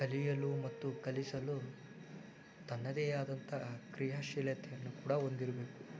ಕಲಿಯಲು ಮತ್ತು ಕಲಿಸಲು ತನ್ನದೇ ಆದಂತಹ ಕ್ರಿಯಾಶೀಲತೆಯನ್ನು ಕೂಡ ಹೊಂದಿರಬೇಕು